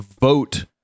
vote